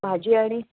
भाजी आनी